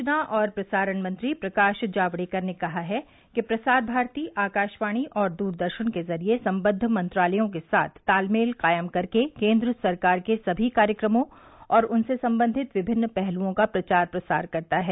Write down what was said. सूचना और प्रसारण मंत्री प्रकाश जावड़ेकर ने कहा है कि प्रसार भारती आकाशवाणी और दूरदर्शन के जरिये सम्बद्ध मंत्रालयों के साथ तालमेल कायम करके केन्द्र सरकार के सभी कार्यक्रमों और उनसे संबंधित विभिन्न पहलुओं का प्रचार प्रसार करता है